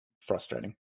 frustrating